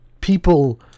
people